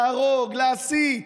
להרוג, להסית?